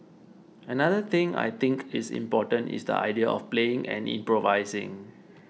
another thing I think is important is the idea of playing and improvising